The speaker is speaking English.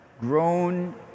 grown